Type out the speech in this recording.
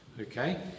Okay